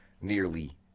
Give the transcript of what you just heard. nearly